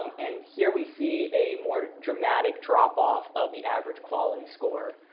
and here we see a more dramatic dropoff of the average quality score